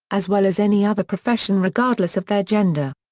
as well as any other profession regardless of their gender.